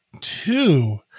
two